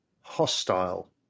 hostile